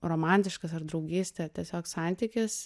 romantiškas ar draugystė tiesiog santykis